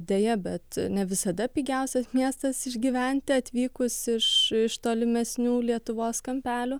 deja bet ne visada pigiausias miestas išgyventi atvykus iš tolimesnių lietuvos kampelių